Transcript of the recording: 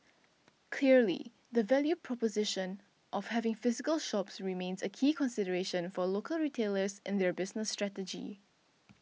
clearly the value proposition of having physical shops remains a key consideration for local retailers in their business strategy